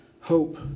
hope